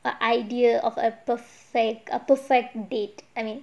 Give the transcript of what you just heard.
the idea of a perfect a perfect date I mean